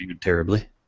terribly